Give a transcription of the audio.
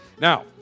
Now